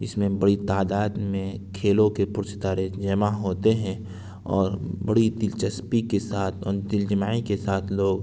اس میں بڑی تعداد میں کھیلوں کے پرستارے جمع ہوتے ہیں اور بڑی دلچسپی کے ساتھ ان دلجمعی کے ساتھ لوگ